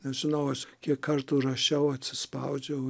nežinau aš kiek kartų rašiau atsispaudžiau